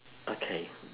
okay